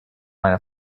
meine